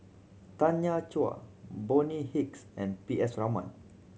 Tanya Chua Bonny Hicks and P S Raman